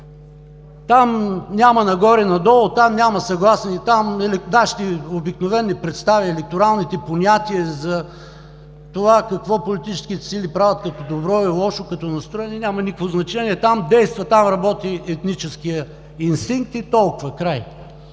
Там няма нагоре-надолу, там няма съгласни. Там нашите обикновени представи, електоралните понятия за това какво политическите сили правят като добро и лошо, като настроение, няма никакво значение. Там действа, работи етническият инстинкт и толкова – край,